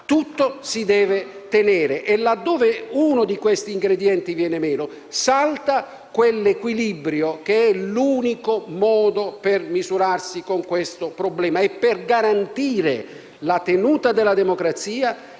Tutto si deve tenere e laddove uno di questi ingredienti viene meno, salta quell'equilibrio che è l'unico modo per misurarsi con questo problema e per garantire la tenuta della democrazia,